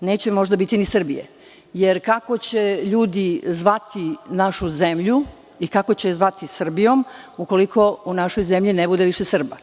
neće možda biti ni Srbije. Kako će ljudi zvati našu zemlju i kao će je zvati Srbijom ukoliko u našoj zemlji ne bude više Srba?